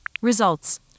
Results